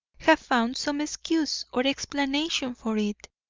have found some excuse or explanation for it,